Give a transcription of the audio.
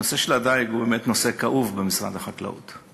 נושא הדיג הוא נושא כאוב במשרד החקלאות.